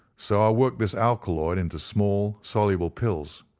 so i worked this alkaloid into small, soluble pills,